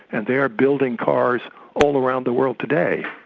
and they're building cars all around the world today.